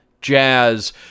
jazz